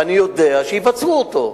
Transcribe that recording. ואני יודע שיבצעו אותו.